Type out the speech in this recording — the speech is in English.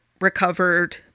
recovered